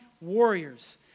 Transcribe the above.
warriors